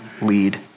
lead